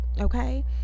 okay